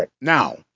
Now